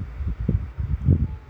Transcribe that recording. mm